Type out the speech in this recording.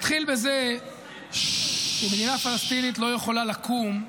נתחיל בזה שמדינה פלסטינית לא יכולה לקום,